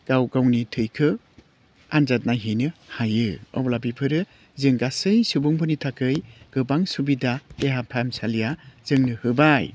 गाव गावनि थैखौ आन्जाद नायहैनो हायो अब्ला बेफोरो जों गासै सुबुंफोरनि थाखै गोबां सुबिदा देहा फाहामसालिया जोंनो होबाय